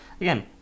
again